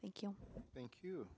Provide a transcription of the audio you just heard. thank you thank you